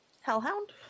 hellhound